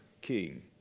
king